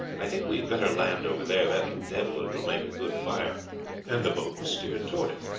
i think we had better land over there that deadwood will make a good fire and the boat was steered towards it.